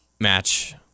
match